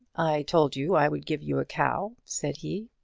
i told you i would give you a cow, said he,